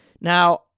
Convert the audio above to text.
now